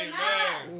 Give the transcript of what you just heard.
Amen